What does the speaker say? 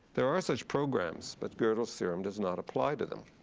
there are such programs, but godel's theorem does not apply to them.